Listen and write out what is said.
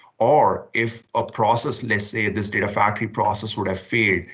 or if a process, let's say this data factory process would have failed,